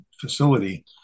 facility